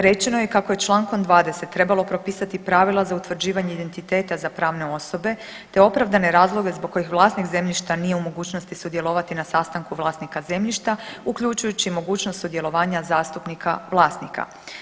Rečeno je kako je člankom 20. trebalo propisati pravila za utvrđivanje identiteta za pravne osobe, te opravdane razloge zbog kojih vlasnik zemljišta nije u mogućnosti sudjelovati na sastanku vlasnika zemljišta uključujući i mogućnost sudjelovanja zastupnika vlasnika.